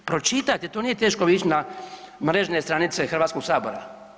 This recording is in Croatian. Pročitajte to nije teško ići na mrežne stranice Hrvatskog sabora.